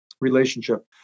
relationship